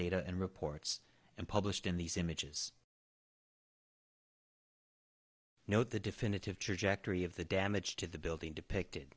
data and reports and published in these images you know the definitive trajectory of the damage to the building depicted